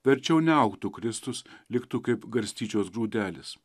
verčiau neaugtų kristus liktų kaip garstyčios grūdelis